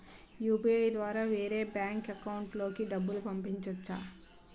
UPI ద్వారా వేరే bank account లోకి డబ్బులు పంపించవచ్చా?